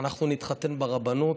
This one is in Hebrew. אנחנו נתחתן ברבנות,